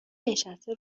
نشسته